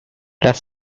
las